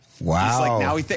Wow